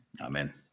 Amen